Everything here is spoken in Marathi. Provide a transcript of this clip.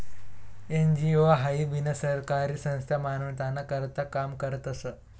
एन.जी.ओ हाई बिनसरकारी संस्था मानवताना करता काम करस